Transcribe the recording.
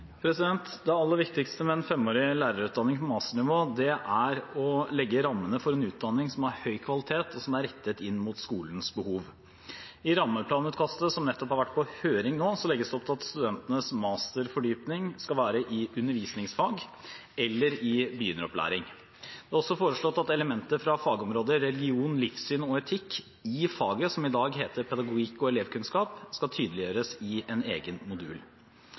Det aller viktigste med den femårige lærerutdanningen på masternivå er å legge rammene for en utdanning som har høy kvalitet, og som er rettet inn mot skolens behov. I rammeplanutkastet som nettopp har vært på høring, legges det opp til at studentenes masterfordypning skal være i undervisningsfag eller i begynneropplæring. Det er også foreslått at elementer fra fagområdet religion, livssyn og etikk – i faget som i dag heter pedagogikk og elevkunnskap – skal tydeliggjøres i en egen modul.